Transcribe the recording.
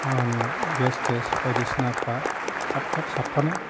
मा होनो गेस थेस बायदिसिनाफ्रा थाब थाब साफफानो